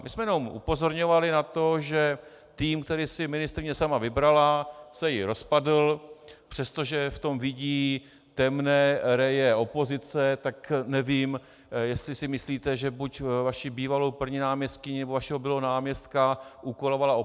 My jsme jenom upozorňovali na to, že tým, který si ministryně sama vybrala, se jí rozpadl, přestože v tom vidí temné reje opozice, tak nevím, jestli si myslíte, že buď vaší bývalou první náměstkyni, nebo vašeho bývalého náměstka úkolovala opozice?